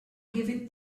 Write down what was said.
given